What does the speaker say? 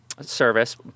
service